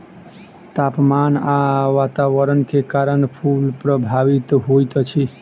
तापमान आ वातावरण के कारण फूल प्रभावित होइत अछि